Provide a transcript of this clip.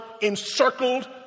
encircled